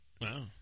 Wow